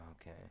okay